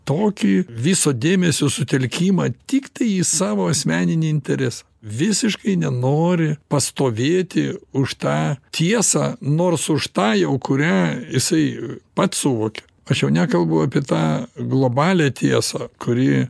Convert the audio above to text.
tokį viso dėmesio sutelkimą tiktai į savo asmeninį interesą visiškai nenori pastovėti už tą tiesą nors už tą jau kurią jisai pats suvokia aš jau nekalbu apie tą globalią tiesą kuri